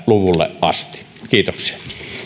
luvulle asti kiitoksia